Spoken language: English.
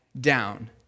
down